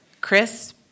Chris